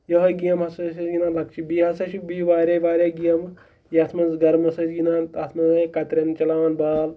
یِہوٚے گیم ہَسا ٲسۍ أسۍ گِنٛدان لۄکچہِ بیٚیہِ ہَسا چھِ بیٚیہِ واریاہ واریاہ گیمہٕ یَتھ منٛز گَرمَس ٲسۍ گِنٛدان تَتھ منٛز کَترٮ۪ن چَلاوان بال